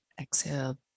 exhale